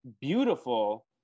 beautiful